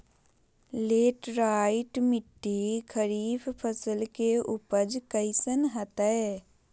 Laterite मिट्टी खरीफ फसल के उपज कईसन हतय?